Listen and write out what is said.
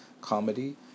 comedy